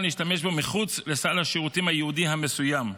להשתמש בו מחוץ לסל השירותים הייעודי המסוים.